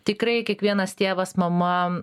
tikrai kiekvienas tėvas mama